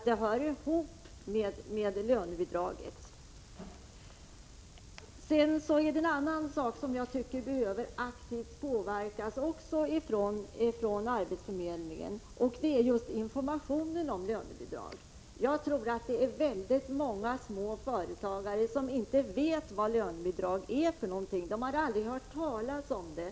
Det hör ihop med lönebidraget, som jag tidigare påpekade. En annan sak som behöver aktivt påverkas är arbetsförmedlingens information om lönebidrag. Det är säkert väldigt många små företagare som inte vet vad lönebidrag är — de har aldrig hört talas om det.